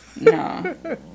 No